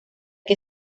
que